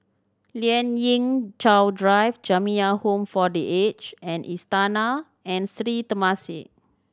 Lien Ying Chow Drive Jamiyah Home for The Aged and Istana and Sri Temasek